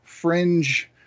Fringe